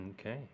Okay